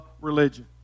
religion